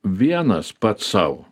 vienas pats sau